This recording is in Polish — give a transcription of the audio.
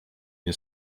nie